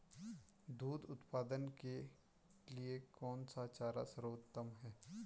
दूध उत्पादन के लिए कौन सा चारा सर्वोत्तम है?